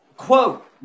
Quote